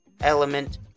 element